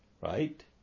right